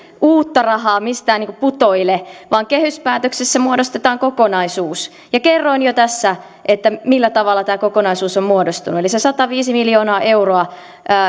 uutta rahaa mistään putoile vaan kehyspäätöksessä muodostetaan kokonaisuus ja kerroin jo tässä millä tavalla tämä kokonaisuus on muodostunut eli se sataviisi miljoonaa euroa